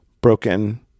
broken